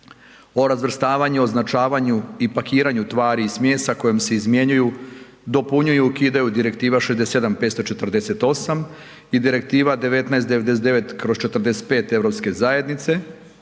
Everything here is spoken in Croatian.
o razvrstavanju, označavanju i pakiranju tvari i smjesa kojom se izmjenjuju, dopunjuju ukidaju Direktiva 67/548 i Direktiva 1999/45 EZ i izmjenjuje